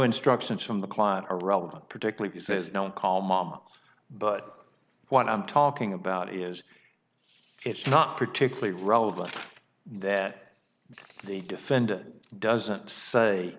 instructions from the client are relevant particularly he says don't call mom but what i'm talking about is it's not particularly relevant that the defendant doesn't say